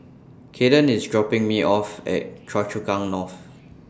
Kaden IS dropping Me off At Choa Chu Kang North